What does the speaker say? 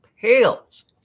pales